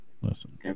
listen